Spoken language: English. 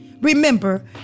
Remember